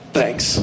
thanks